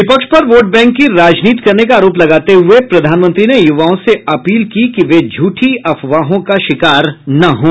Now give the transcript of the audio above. विपक्ष पर vote bank की राजनीति करने का आरोप लगाते हुए प्रधानमंत्री ने यूवाओं से अपील की कि वे झूठी अफवाहों का शिकार न हों